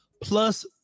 plus